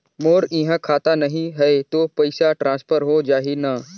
मोर इहां खाता नहीं है तो पइसा ट्रांसफर हो जाही न?